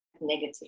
negative